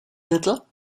little